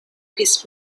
his